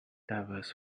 divers